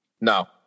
No